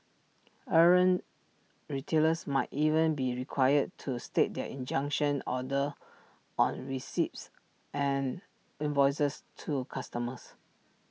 errant retailers might even be required to state their injunction order on receipts and invoices to customers